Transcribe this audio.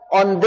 on